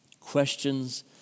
Questions